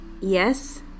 Yes